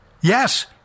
Yes